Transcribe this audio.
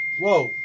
Whoa